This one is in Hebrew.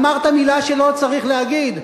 אמרת מלה שלא צריך להגיד,